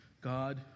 God